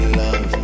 love